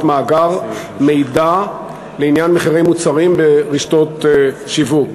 מאגר מידע לעניין מחירי מוצרים ברשתות שיווק.